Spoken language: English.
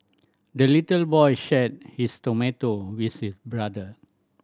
the little boy shared his tomato with his brother